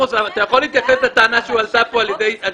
תודה.